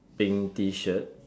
pink T shirt